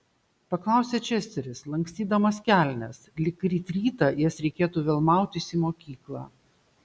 paklausė česteris lankstydamas kelnes lyg ryt rytą jas reikėtų vėl mautis į mokyklą